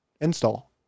install